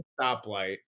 Stoplight